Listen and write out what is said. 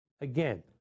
Again